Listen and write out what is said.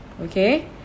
Okay